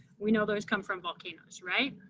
we know those come from volcanoes, right?